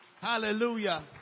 Hallelujah